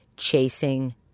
Chasing